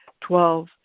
Twelve